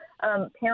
parents